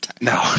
No